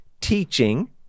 teaching